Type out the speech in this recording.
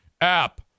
app